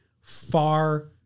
far